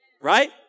Right